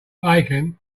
bacon